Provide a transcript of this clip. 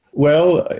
well,